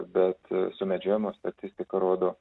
bet sumedžiojimo statistika rodo